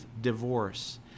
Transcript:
divorce